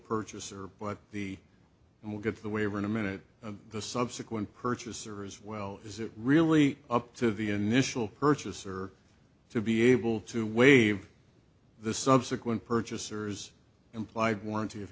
purchaser but the and will get the waiver in a minute and the subsequent purchaser as well is it really up to the initial purchaser to be able to waive the subsequent purchasers implied warranty of